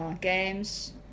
games